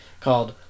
called